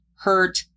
hurt